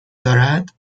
دارد